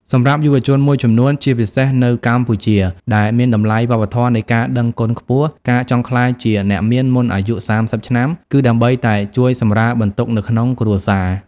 សម្រាប់យុវជនមួយចំនួន ជាពិសេសនៅកម្ពុជា ដែលមានតម្លៃវប្បធម៌នៃការដឹងគុណខ្ពស់ ការចង់ក្លាយជាអ្នកមានមុនអាយុ ៣០ ឆ្នាំ គឺដើម្បីតែជួយសម្រាលបន្ទុកនៅក្នុងគ្រួសារ។